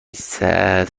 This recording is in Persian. سرو